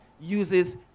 uses